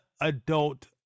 adult